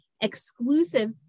exclusive